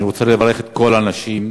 אני רוצה לברך את כל הנשים,